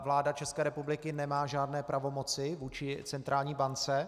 Vláda České republiky nemá žádné pravomoci vůči centrální bance.